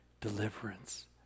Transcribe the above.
deliverance